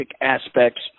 aspects